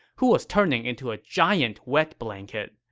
who was turning into a giant wet blanket.